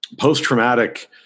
post-traumatic